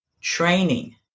training